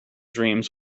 dreams